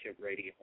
Radio